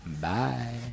Bye